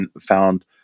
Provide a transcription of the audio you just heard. found